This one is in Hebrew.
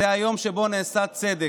זה היום שבו נעשה צדק.